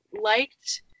liked